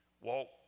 Walk